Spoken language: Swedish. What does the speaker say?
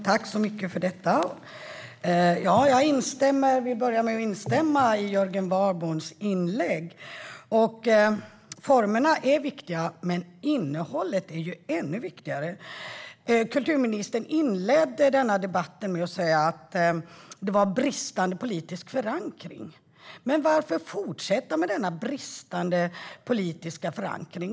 God morgon, herr talman! Jag vill börja med att instämma i Jörgen Warborns inlägg. Formerna är viktiga, men innehållet är ännu viktigare. Kulturministern inledde debatten med att säga att det var bristande politisk förankring. Men varför fortsätta med denna bristande politiska förankring?